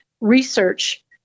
research